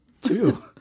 Two